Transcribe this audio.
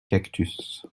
cactus